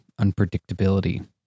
unpredictability